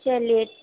چلیے